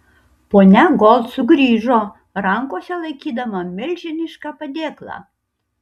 ponia gold sugrįžo rankose laikydama milžinišką padėklą